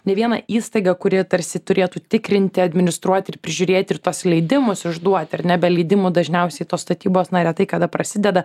ne viena įstaiga kuri tarsi turėtų tikrinti administruoti ir prižiūrėti ir tuos leidimus išduoti ar ne be leidimų dažniausiai tos statybos na retai kada prasideda